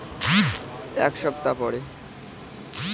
Tomato চারা কতো দিন পরে জমিতে লাগানো যেতে পারে?